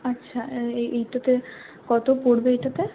আচ্ছা এইটাতে কত পড়বে এইটাতে